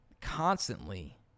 constantly